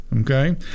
Okay